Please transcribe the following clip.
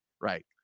right